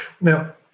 Now